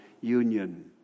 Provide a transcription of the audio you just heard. union